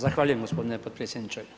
Zahvaljujem gospodine potpredsjedniče.